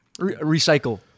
Recycle